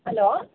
hello